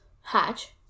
hatch